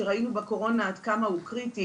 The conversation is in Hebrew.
שראינו בקורונה עד כמה הוא קריטי.